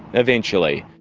eventually.